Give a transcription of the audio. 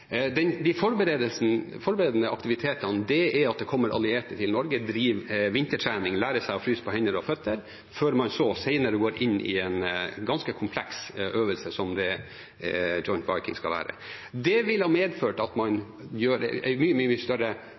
De forberedende aktivitetene er at det kommer allierte til Norge, driver vintertrening, lærer seg å fryse på hender og føtter, før man så senere går inn i en ganske kompleks øvelse som det Joint Viking skal være. Det ville medført at man har en mye større samøving og samhandling mellom styrkene, mellom nasjoner og mellom allierte, og får større